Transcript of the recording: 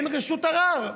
אין רשות ערר.